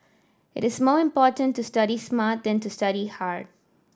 it is more important to study smart than to study hard